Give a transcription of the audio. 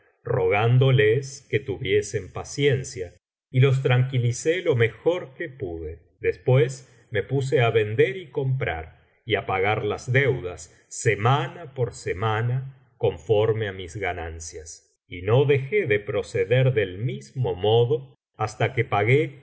rogándoles que tuviesen paciencia y los tranquilicé lo mejor que pude después me puse á vender y comprar y á pagar las deudas semana por semana conforme á mis ganancias y no dejé de proceder del mismo modo hasta que pagué